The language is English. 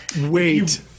Wait